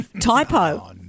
Typo